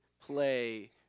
play